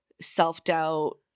self-doubt